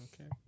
Okay